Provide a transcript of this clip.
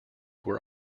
were